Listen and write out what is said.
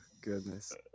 goodness